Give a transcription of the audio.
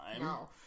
No